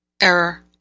error